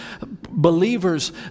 believers